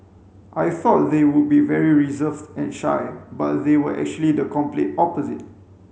I thought they would be very reserved and shy but they were actually the complete opposite